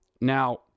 Now